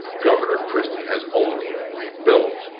governor christy has only rebuilt,